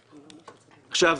עכשיו,